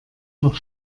noch